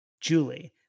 Julie